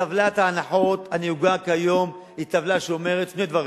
טבלת ההנחות הנהוגה כיום היא טבלה שאומרת שני דברים: